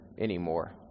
anymore